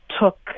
took